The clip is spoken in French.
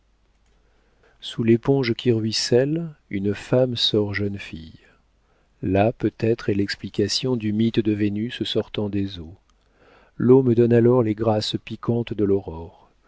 sous l'éponge qui ruisselle une femme sort jeune fille là peut-être est l'explication du mythe de vénus sortant des eaux l'eau me donne alors les grâces piquantes de l'aurore